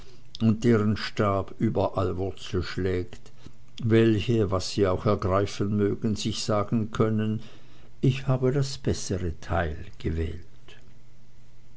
und deren stab überall wurzel schlägt welche was sie auch ergreifen mögen sich sagen können ich habe das bessere teil erwählt